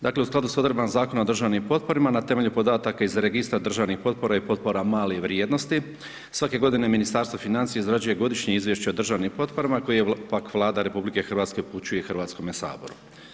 Dakle u skladu s odredbama Zakona o državnim potporama, na temelju podataka iz Registra državnih potpora i potpora male vrijednosti svake godine Ministarstvo financija izrađuje godišnje izvješće o državnim potporama koje pak Vlada RH upućuje Hrvatskome saboru.